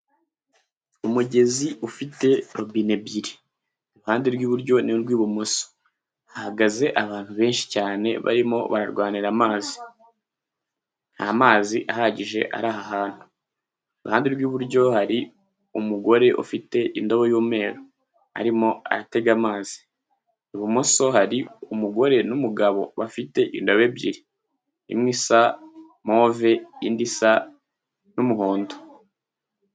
Umugezi ufite robine ebyiri, iruhande rw'iburyo n'urw'ibumoso, hahagaze abantu benshi cyane barimo bararwanira amazi, nta mazi ahagije ari aha hantu, iruhande rw'iburyo hari umugore ufite indobo y'umweru, arimo atega amazi, ibumoso hari umugore n'umugabo bafite indabo ebyiri, imwe isa move indi isa n'umuhondo.